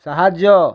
ସାହାଯ୍ୟ